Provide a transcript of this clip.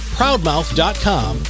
ProudMouth.com